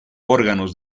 órganos